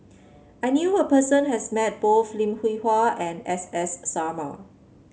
I knew a person has met both Lim Hwee Hua and S S Sarma